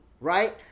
right